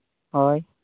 ᱦᱳᱭ